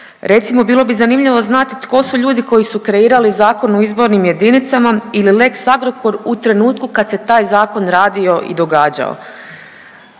Recimo bilo zanimljivo znati tko su ljudi koji su kreirali Zakon o izbornim jedinicama ili lex Agrokor u trenutku kad se taj zakon radio i događao.